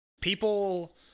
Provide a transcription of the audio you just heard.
People